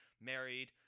married –